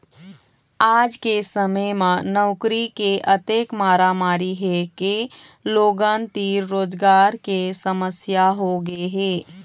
आज के समे म नउकरी के अतेक मारामारी हे के लोगन तीर रोजगार के समस्या होगे हे